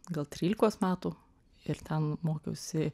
gal trylikos metų ir ten mokiausi